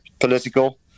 political